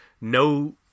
no